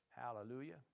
Hallelujah